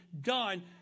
done